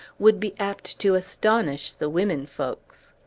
would be apt to astonish the women-folks.